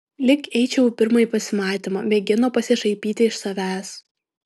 lyg eičiau į pirmąjį pasimatymą mėgino pasišaipyti iš savęs